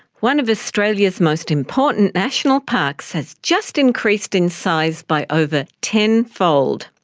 one of australia's most important national parks has just increased in size by over tenfold.